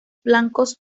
blancos